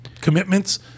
commitments